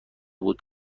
بود